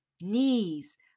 knees